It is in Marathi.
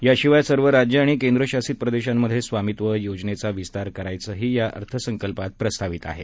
याशिवाय सर्व राज्य आणि केंद्र शासित प्रदेशांमधे स्वामीत्व योजनेचा विस्तार करण्याचंही या अर्थसंकल्पात प्रस्तावित आहे